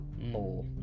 more